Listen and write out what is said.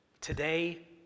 Today